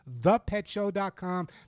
thepetshow.com